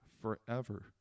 forever